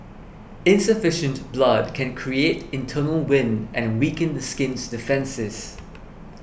insufficient blood can create internal wind and weaken the skin's defences